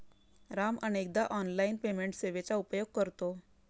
राम अनेकदा online payment सेवेचा उपयोग करतो